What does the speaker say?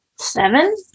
Seven